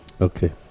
Okay